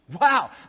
Wow